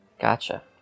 Gotcha